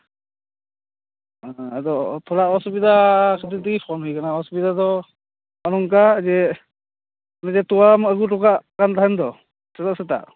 ᱦᱮᱸ ᱟᱫᱚ ᱛᱷᱚᱲᱟ ᱚᱥᱩᱵᱤᱫᱷᱟ ᱠᱷᱟᱹᱛᱤᱨ ᱛᱮ ᱯᱷᱳᱱ ᱦᱩᱭ ᱟᱠᱟᱱᱟ ᱚᱥᱩᱵᱤᱫᱷᱟ ᱫᱚ ᱱᱚᱝᱠᱟ ᱡᱮ ᱢᱮᱱᱫᱟᱹᱧ ᱛᱚᱣᱟᱢ ᱟᱜᱩ ᱦᱚᱴᱚ ᱠᱟᱜ ᱠᱟᱱ ᱛᱟᱦᱮᱱ ᱫᱚ ᱥᱮᱛᱟᱜ ᱥᱮᱛᱟᱜ